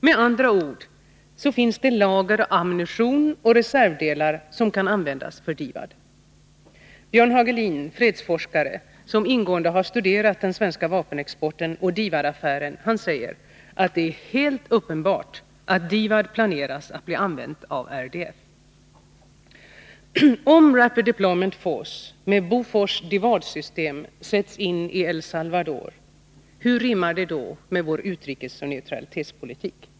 Med andra ord finns det lager av ammunition och reservdelar som kan användas för DIVAD. Björn Hagelin, en fredsforskare som ingående studerat den svenska vapenexporten och DIVAD-affären, säger att det är helt uppenbart att DIVAD planeras att bli använt av RDF. Om Rapid Deployment Force med Bofors DIVAD-system sätts in i El Salvador, hur rimmar detta med vår utrikesoch neutralitetspolitik?